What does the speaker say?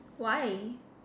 why